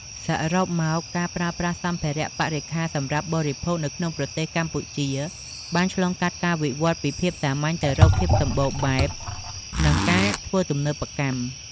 សរុបមក ការប្រើប្រាស់សម្ភារៈបរិក្ខារសម្រាប់បរិភោគនៅក្នុងប្រទេសកម្ពុជាបានឆ្លងកាត់ការវិវត្តន៍ពីភាពសាមញ្ញទៅរកភាពសម្បូរបែប និងការធ្វើទំនើបកម្ម។